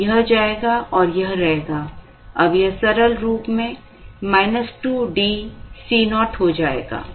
अब यह जाएगा और यह रहेगा अब यह सरल रूप में 2DC o हो जाएगा